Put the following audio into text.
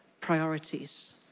priorities